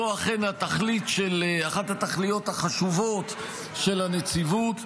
זו אכן אחת התכליות החשובות של הנציבות.